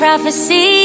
Prophecy